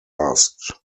asked